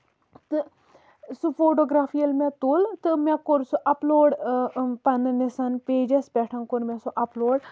تہٕ سُہ فوٹوگراف ییٚلہِ مےٚ تُل تہٕ مےٚ کوٚر سُہ اَپلوڈ پَنٕنِس پیجَس پٮ۪ٹھ کوٚر مےٚ سُہ اَپلوڈ